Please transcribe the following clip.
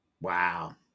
Wow